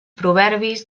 proverbis